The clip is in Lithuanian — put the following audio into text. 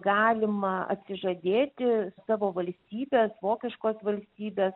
galima atsižadėti savo valstybės vokiškos valstybės